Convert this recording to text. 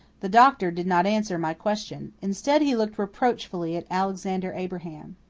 the doctor did not answer my question. instead, he looked reproachfully at alexander abraham.